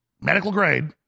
medical-grade